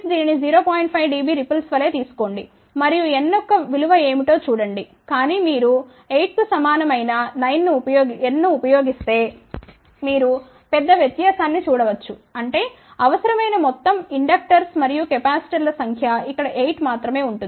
5 dB ripples వలె తీసుకోండి మరియు n యొక్క విలువ ఏమిటో చూడండి కానీ మీరు 8 కు సమానమైన n ను ఉపయోగిస్తే మీరు పెద్ద వ్యత్యాసాన్ని చూడ వచ్చు అంటే అవసరమైన మొత్తం ఇండక్టర్స్ మరియు కెపాసిటర్ల సంఖ్య ఇక్కడ 8 మాత్రమే ఉంటుంది